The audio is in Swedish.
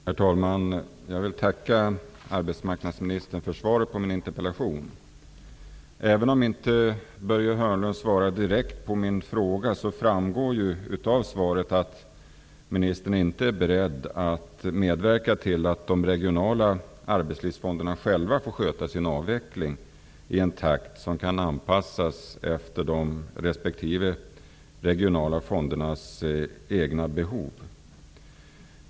Herr talman! Jag vill tacka arbetsmarknadsministern för svaret på min interpellation. Även om inte Börje Hörnlund svarar direkt på min fråga, framgår det av svaret att ministern inte är beredd att medverka till att de regionala arbetslivsfonderna själva får sköta sin avveckling i en takt som kan anpassas efter respektive regionala fonders egna behov.